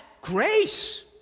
grace